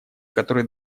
которые